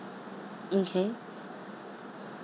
mm K